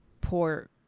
poor